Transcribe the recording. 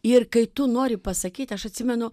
ir kai tu nori pasakyti aš atsimenu